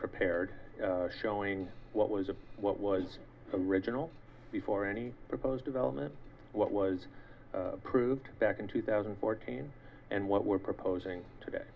prepared showing what was a what was original before any proposed development what was approved back in two thousand and fourteen and what we're proposing today